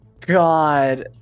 God